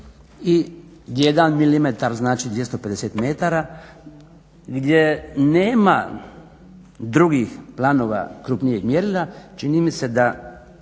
znači 250 metara gdje nema drugih planova krupnih mjerila čini mi se da